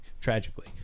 tragically